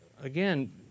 Again